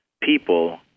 people